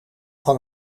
van